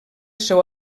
seu